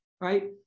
right